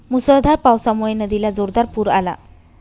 मुसळधार पावसामुळे नदीला जोरदार पूर आला